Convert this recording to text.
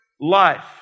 life